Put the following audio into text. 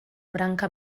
branca